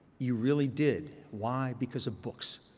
you really did. why? because of books.